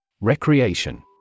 Recreation